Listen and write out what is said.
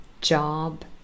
job